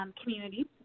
community